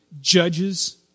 judges